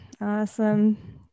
Awesome